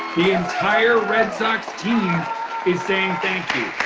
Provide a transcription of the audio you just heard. the entire red sox team is saying thank you.